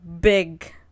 big